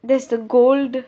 there's the gold